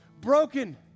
broken